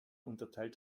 unterteilt